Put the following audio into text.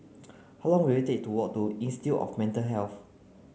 how long will it take to walk to Institute of Mental Health